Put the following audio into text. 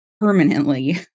permanently